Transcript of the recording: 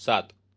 સાત